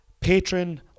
patron